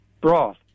broth